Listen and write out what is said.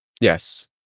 Yes